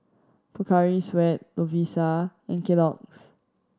Pocari Sweat Lovisa and Kellogg's